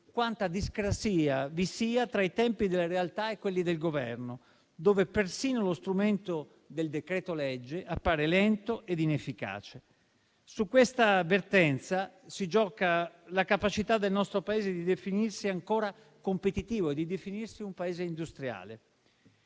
quanta discrasia vi sia tra i tempi della realtà e quelli del Governo, dove persino lo strumento del decreto-legge appare lento ed inefficace. Su questa vertenza si gioca la capacità del nostro Paese di definirsi ancora competitivo e di definirsi un Paese industriale.